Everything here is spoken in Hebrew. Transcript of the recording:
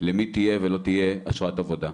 למי תהיה או לא תהיה אשרת עבודה.